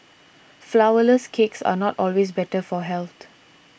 Flourless Cakes are not always better for health